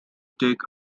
take